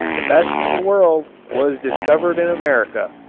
the best in the world, was discovered in america.